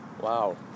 wow